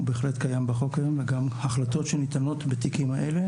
הוא בהחלט קיים היום בחוק וגם ההחלטות שניתנות בתיקים האלה,